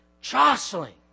jostling